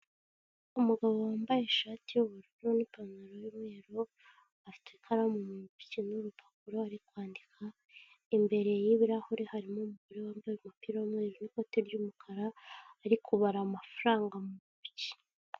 Umugabo wambaye ishati y'ubururu n'ipantaro y'umweru afite ikaramu mu ntoki n'urupapuro ari kwandika imbere y'ibirahuri harimo umu umugore wambaye umupira w'umweru n'ikoti ry'umukara ari barara amafaranga mu ntoki.